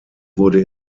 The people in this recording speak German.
wurde